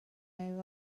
nhw